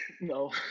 No